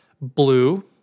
blue